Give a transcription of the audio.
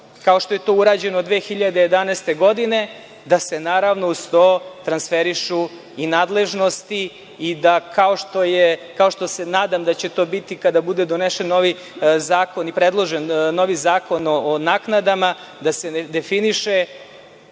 kao što je to urađeno 2011. godine, da se naravno uz to transferišu i nadležnosti i da, kao što se nadam da će to biti kada bude donesen novi zakon i predložen novi zakon o naknadama, da se definiše